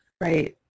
right